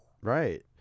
Right